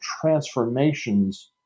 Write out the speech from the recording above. transformations